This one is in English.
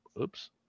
Oops